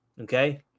okay